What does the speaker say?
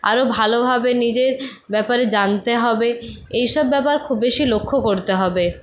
আরও ভালোভাবে নিজের ব্যাপারে জানতে হবে এইসব ব্যাপার খুব বেশি লক্ষ করতে হবে